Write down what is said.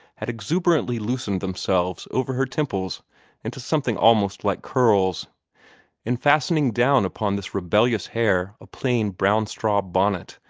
had exuberantly loosened themselves over her temples into something almost like curls in fastening down upon this rebellious hair a plain brown-straw bonnet,